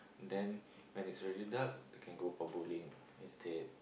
then when it's already dark we can go for bowling instead